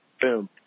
Boom